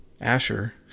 Asher